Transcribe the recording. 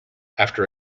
after